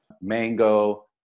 Mango